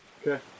Okay